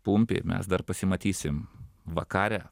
pumpi mes dar pasimatysim vakare